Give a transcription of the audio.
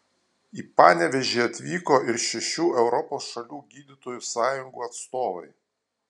į panevėžį atvyko ir šešių europos šalių gydytojų sąjungų atstovai